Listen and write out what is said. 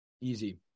easy